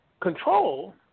control